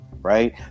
right